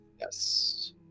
Yes